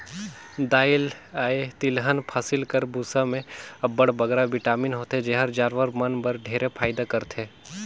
दाएल अए तिलहन फसिल कर बूसा में अब्बड़ बगरा बिटामिन होथे जेहर जानवर मन बर ढेरे फएदा करथे